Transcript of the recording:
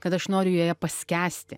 kad aš noriu joje paskęsti